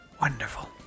Wonderful